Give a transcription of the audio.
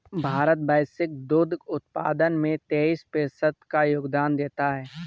भारत वैश्विक दुग्ध उत्पादन में तेईस प्रतिशत का योगदान देता है